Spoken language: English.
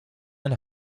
and